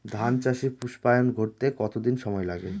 ধান চাষে পুস্পায়ন ঘটতে কতো দিন সময় লাগে?